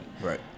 Right